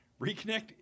reconnect